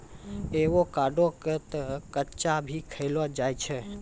avocado क तॅ कच्चा भी खैलो जाय छै